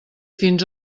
fins